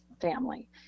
family